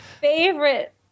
Favorite